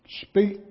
Speak